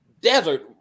desert